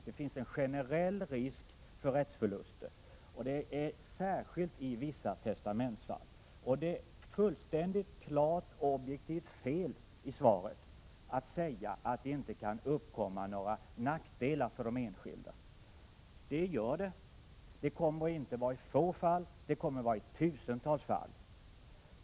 Det finns en generell risk för rättsförluster, särskilt i vissa testamentsfall, och det kommer att bli rättsförluster. Det är objektivt sett klart fel att, som finansministern gör i svaret, säga att det inte kan uppkomma några nackdelar för de enskilda. Det gör det, och det kommer inte att gälla ett fåtal fall utan tusentals fall.